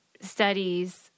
studies